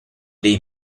dei